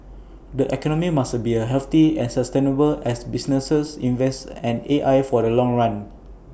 the economy must be healthy and sustainable as businesses invest in AI for the long run